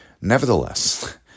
nevertheless